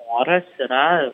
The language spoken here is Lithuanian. noras yra